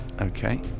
Okay